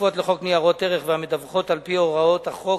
הכפופות לחוק ניירות ערך והמדווחות על-פי הוראות החוק